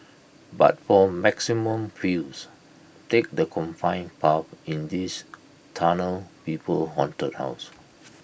but for maximum feels take the confined path in this tunnel people Haunted house